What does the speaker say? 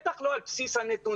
בטח לא על סמך הנתונים.